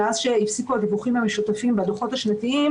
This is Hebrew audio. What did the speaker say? מאז שהפסיקו הדיווחים המשותפים בדוחות השנתיים